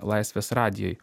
laisvės radijuj